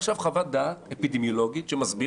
ועד עכשיו אין חוות דעת אפידמיולוגית שבאה